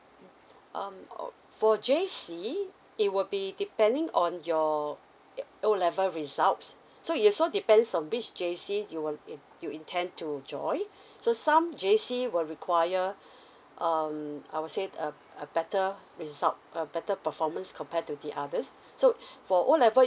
um uh for J_C it will be depending on your uh O level results so it also depends on which J_C you will in~ you intend to join so some J_C will require um I would say a a better result a better performance compared to the others so for O level